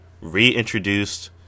reintroduced